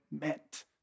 meant